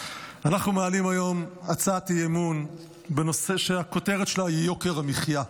אנחנו מעלים היום הצעת אי-אמון שהכותרת שלה היא יוקר המחיה.